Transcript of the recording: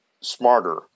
smarter